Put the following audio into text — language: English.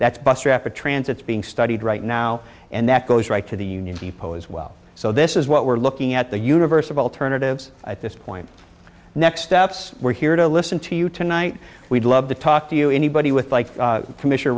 that's bus traffic transits being studied right now and that goes right to the union depot as well so this is what we're looking at the universe of alternatives at this point next steps we're here to listen to you tonight we'd love to talk to you anybody with like commissioner